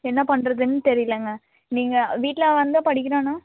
என்ன பண்ணுறதுன்னு தெரிலைங்க நீங்கள் வீட்டில் வந்து படிக்கிறானா